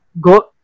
go